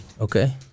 Okay